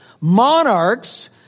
Monarchs